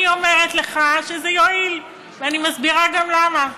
אני אומרת לך שזה יועיל, ואני מסבירה גם למה.